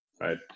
Right